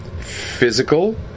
physical